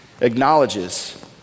acknowledges